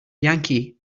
yankee